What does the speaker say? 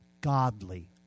godly